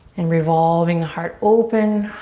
and revolving the heart open.